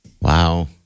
Wow